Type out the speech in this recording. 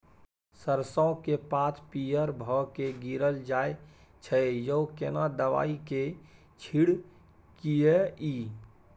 सरसो के पात पीयर भ के गीरल जाय छै यो केना दवाई के छिड़कीयई?